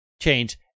change